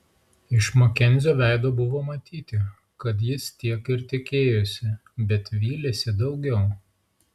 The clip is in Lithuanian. iš makenzio veido buvo matyti kad jis tiek ir tikėjosi bet vylėsi daugiau